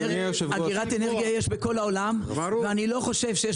אגירת אנרגיה יש בכל העולם ואני לא חושב שיש